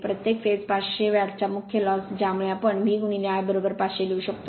प्रत्येक फेज 500 वॅटचा मुख्य लॉस ज्यामुळे आम्ही V I 500 लिहू शकतो